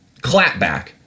clapback